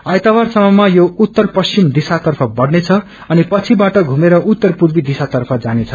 आइतबारसम्ममा योउत्तरपश्चिमदिशातर्फ बढ़नेछअनिपछिबाट प्रुमेरउत्तरपूर्वीदिशातर्फनानेछ